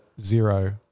zero